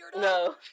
No